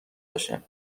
باشه